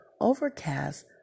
Overcast